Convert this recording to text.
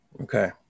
Okay